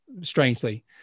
strangely